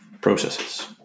Processes